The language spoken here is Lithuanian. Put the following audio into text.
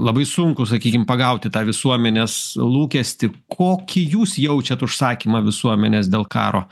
labai sunku sakykim pagauti tą visuomenės lūkestį kokį jūs jaučiat užsakymą visuomenės dėl karo